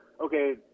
okay